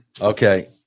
Okay